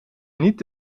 niet